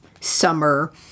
summer